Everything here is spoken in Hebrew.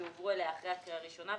שהועברו אליה אחרי הקריאה הראשונה,